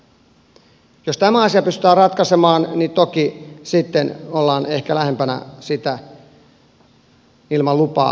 jos tämä asia pystytään ratkaisemaan niin toki sitten ollaan ehkä lähempänä sitä ilman lupaa olevaa rahankeräystä